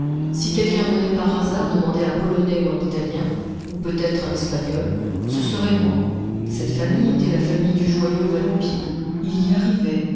si quelqu'un venait par hasard demander un polonais ou un italien ou peut-être un espagnol ce serait moi cette famille était la famille du joyeux va-nu-pieds il y arrivait